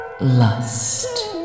lust